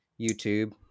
youtube